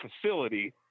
facility